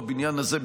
בבניין הזה,